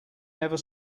never